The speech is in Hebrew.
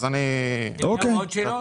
יש עוד שאלות?